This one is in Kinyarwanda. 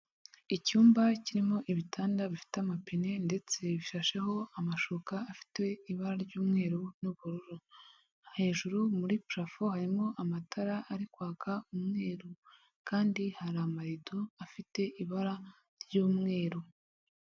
Icyumba kirimo ibitanda bifite amapine ndetse bishasheho amashuka afite ibara ry'umweru n'ubururu, hejuru muri purafo harimo amatara ari kwaka umweru kandi hari amarido afite ibara ry'umweru.